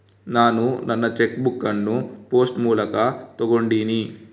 ನಾನು ನನ್ನ cheque book ಅನ್ನು ಪೋಸ್ಟ್ ಮೂಲಕ ತೊಗೊಂಡಿನಿ